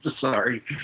sorry